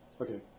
Okay